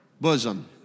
bosom